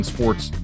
Sports